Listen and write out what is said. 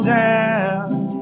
down